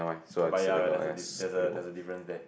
but ya there's a d~ there's a difference there